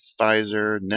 Pfizer